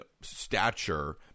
stature